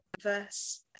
verse